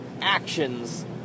actions